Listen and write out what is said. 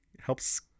helps